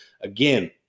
Again